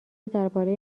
درباره